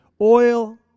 Oil